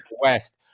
West